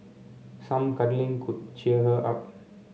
some cuddling could cheer her up